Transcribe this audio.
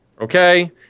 Okay